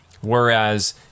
Whereas